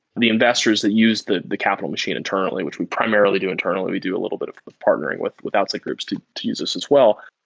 the investors that use the the capital machine internally, which we primarily do internally. we do a little bit of of partnering with with outside groups to to use us as well.